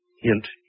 hint